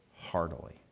heartily